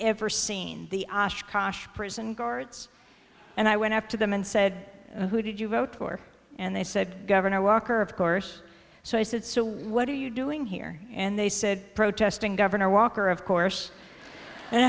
ever seen the osh kosh prison guards and i went up to them and said who did you vote for and they said governor walker of course so i said so what are you doing here and they said protesting governor walker of course and